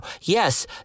Yes